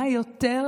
מה יותר